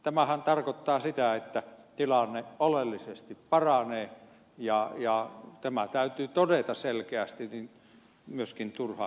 tämähän tarkoittaa sitä että tilanne oleellisesti paranee ja tämä täytyy todeta selkeästi niin myöskin turha